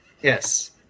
yes